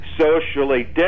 socially